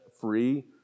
free